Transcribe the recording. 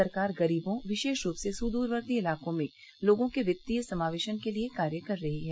सरकार गरीबों विशेष रूप से सुदूररवर्ती इलाकों में लोगों के वित्तीय संमावेशन के लिए कार्य कर रही है